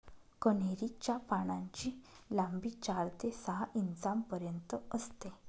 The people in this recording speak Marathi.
कन्हेरी च्या पानांची लांबी चार ते सहा इंचापर्यंत असते